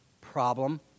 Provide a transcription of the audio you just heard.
problem